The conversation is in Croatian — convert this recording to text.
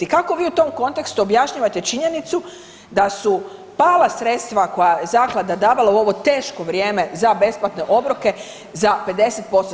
I kako vi u tom kontekstu objašnjavate činjenicu da su pala sredstva koja je zaklada davala u ovo teško vrijeme za besplatne obroke za 50%